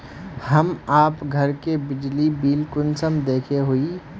हम आप घर के बिजली बिल कुंसम देखे हुई?